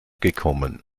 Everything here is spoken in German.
gekommen